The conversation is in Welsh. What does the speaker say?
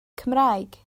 cymraeg